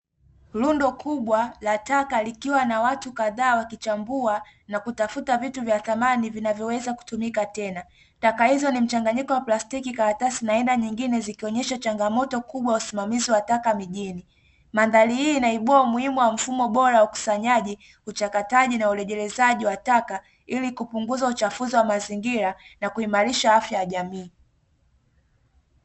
Lundo kubwa la taka likiwa na watu kadhaa wakichambua na kutafuta vitu vya thamani vinavyoweza kutumika tena, taka hizo ni mchanganyiko wa plastiki karatasi na aina nyingine zikionyeshwa changamoto kubwa wasimamizi wa taka mijini. Mandhali hii inaibua umuhimu wa mfumo bora wa ukusanyaji uchakataji na ulegelezaji wa taka, ili kupunguza uchafuzi wa mazingira na kuimarisha afya ya jamii.